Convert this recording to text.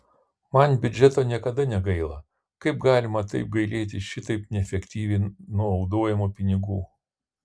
man biudžeto niekada negaila kaip galima taip gailėti šitaip neefektyviai naudojamų pinigų